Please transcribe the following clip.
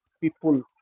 people